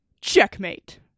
Checkmate